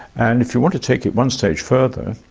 and if you want to take it one stage further,